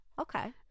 okay